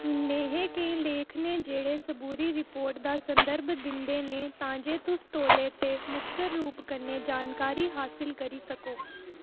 नेहे केईं लेख न जेह्ड़े सबूरी रिपोर्ट दा संदर्भ दिंदे ने तां जे तुस तौले ते मुखसर रूप कन्नै जानकारी हासल करी सको